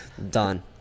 Done